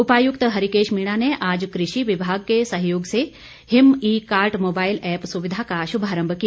उपायुक्त हरीकेश मीणा ने आज कृषि विभाग के सहयोग से Him e cart mobile app सुविधा का शुभारम्भ किया